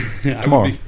Tomorrow